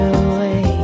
away